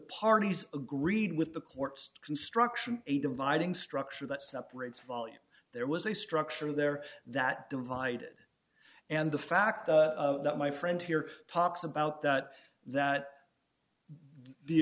parties agreed with the court's construction a dividing structure that separates volume there was a structure there that divided and the fact that my friend here talks about that that the